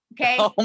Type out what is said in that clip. Okay